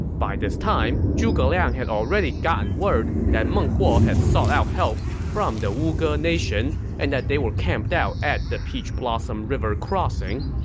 by this time, zhuge liang had already gotten word that meng huo had sought out help from the wuge nation and that they were camped out at the peach blossom river crossing.